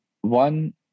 One